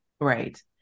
Right